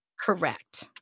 Correct